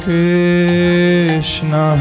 Krishna